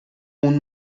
اون